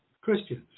Christians